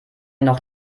noch